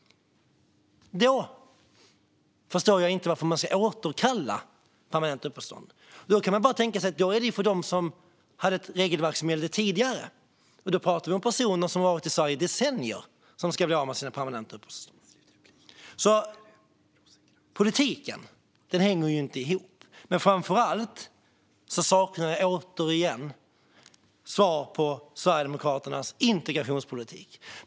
Varför ska man då återkalla permanenta uppehållstillstånd? Är det för dem där det tidigare regelverket gällde, för då pratar vi om personer som har varit i Sverige i decennier som ska bli av med sina permanenta uppehållstillstånd? Sverigedemokraternas politik hänger inte ihop. Men framför allt saknar jag fortfarande svar på vad Sverigedemokraterna har för integrationspolitik.